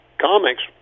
comics